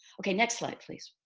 okay, next slide please.